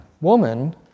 woman